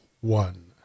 One